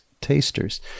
tasters